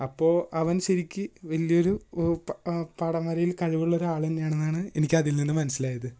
അപ്പോൾ അവന് ശെരിക്ക് വലിയൊരു ഗോ പടം വരയില് കഴിവുള്ള ഒരാളന്നെയാണെന്നാണ് എനിക്ക് അതില് നിന്ന് മനസിലായത്